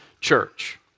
church